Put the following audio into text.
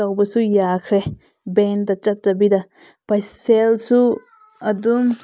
ꯇꯧꯕꯁꯨ ꯌꯥꯈ꯭ꯔꯦ ꯕꯦꯡꯛꯗ ꯆꯠꯇꯕꯤꯗ ꯁꯦꯜꯁꯨ ꯑꯗꯨꯝ